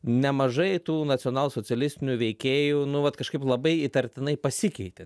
nemažai tų nacionalsocialistinių veikėjų nu vat kažkaip labai įtartinai pasikeitė